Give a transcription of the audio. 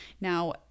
Now